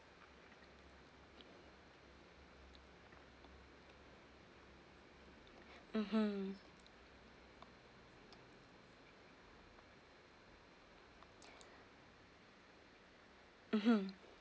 mmhmm mmhmm